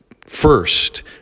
First